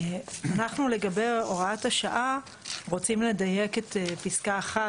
אנחנו לגבי הוראת השעה רוצים לדייק את פסקה (1).